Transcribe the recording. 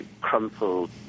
crumpled